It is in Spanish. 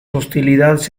hostilidades